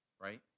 right